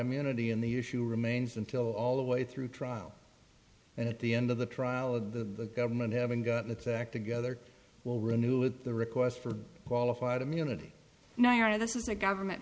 immunity and the issue remains until all the way through trial and at the end of the trial of the government having gotten its act together will renew it the requests for qualified immunity now are this is a government